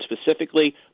specifically